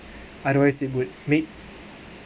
otherwise it would make